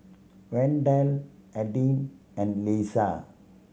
Wendel Adin and Leesa